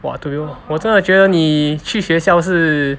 !wah! to be honest 我真的觉得你去学校是